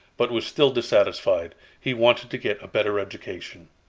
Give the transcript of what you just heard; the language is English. but was still dissatisfied. he wanted to get a better education.